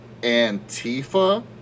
Antifa